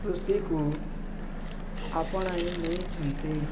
କୃଷିକୁ ଆପଣାଇ ନେଇଛନ୍ତି